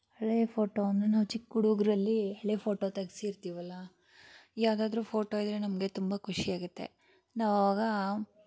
ಹಳೆಯ ಫೋಟೋವನ್ನು ನಾವು ಚಿಕ್ಕ ಹುಡುಗ್ರಲ್ಲಿ ಹಳೆ ಫೋಟೋ ತೆಗೆಸಿರ್ತೀವಲ್ಲ ಯಾವುದಾದ್ರು ಫೋಟೋ ಇದ್ದರೆ ನಮಗೆ ತುಂಬ ಖುಷಿಯಾಗುತ್ತೆ ನಾವು ಆವಾಗ